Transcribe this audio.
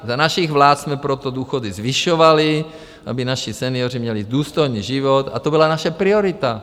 Za našich vlád jsme proto důchody zvyšovali, aby naši senioři měli důstojný život, a to byla naše priorita.